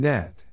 Net